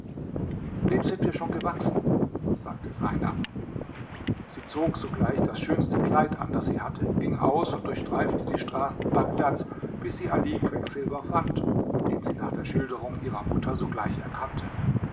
dem sind wir schon gewachsen sagte seinab sie zog sogleich das schönste kleid an das sie hatte ging aus und durchstreifte die straßen bagdads bis sie ali quecksilber fand den sie nach der schilderung ihrer mutter sogleich erkannte